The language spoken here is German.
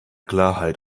klarheit